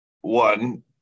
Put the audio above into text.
one